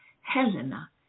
helena